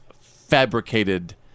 fabricated